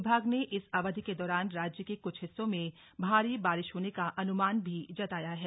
विभाग ने इस अवधि के दौरान राज्य के कुछ हिस्सों में भारी बारिश होने का अनुमान भी जताया है